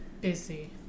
Busy